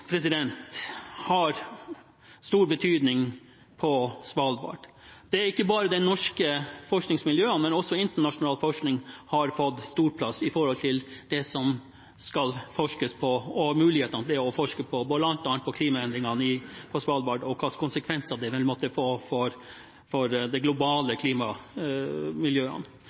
har stor betydning på Svalbard. Ikke bare de norske forskningsmiljøene, men også internasjonal forskning har fått stor plass til det som skal forskes på, og mulighet til å forske på bl.a. klimaendringene på Svalbard og hva slags konsekvenser det vil måtte få for det globale